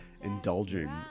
indulging